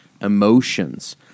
emotions